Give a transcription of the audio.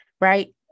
right